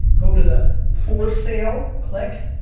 go to the for sale, click,